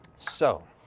so.